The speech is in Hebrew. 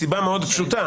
מסיבה מאוד פשוטה,